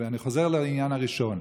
ואני חוזר לעניין הראשון: